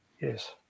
Yes